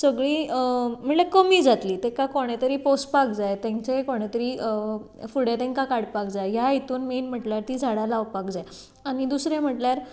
सगळीं म्हटल्या कमी जात्लीं ताका कोणें तरी पोसपाक जाय तेंचेंय कोणें तरी फुडें तेंकां काडपाक जाय ह्या हितून मेन म्हटल्यार तीं झाडां लावपाक जाय आनी दुसरें म्हटल्यार